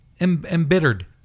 embittered